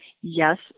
Yes